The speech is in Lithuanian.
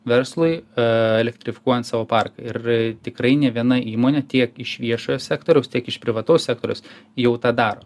verslui elektrifikuojant savo parką ir tikrai ne viena įmonė tiek iš viešojo sektoriaus tiek iš privataus sektoriaus jau tą daro